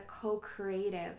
co-creative